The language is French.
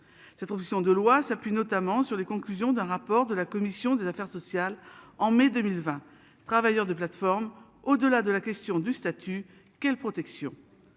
Cette proposition de loi s'appuie notamment sur les conclusions d'un rapport de la commission des affaires sociales. En mai 2020 travailleurs de plateformes au-delà de la question du statut. Quelle protection.